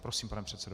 Prosím, pane předsedo.